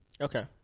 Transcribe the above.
Okay